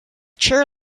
chair